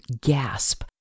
gasp